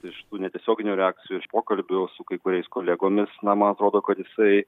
iš tų netiesioginių reakcijų iš pokalbio su kai kuriais kolegomis na man atrodo kad jisai